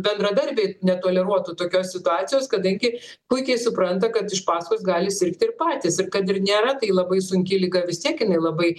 bendradarbiai netoleruotų tokios situacijos kadangi puikiai supranta kad iš pasakos gali sirgti ir patys ir kad ir nėra tai labai sunki liga vis tiek jinai labai